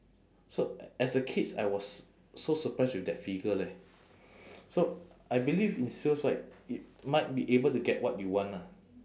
so as a kids I was so surprised with that figure leh so I believe in sales right you might be able to get what you want ah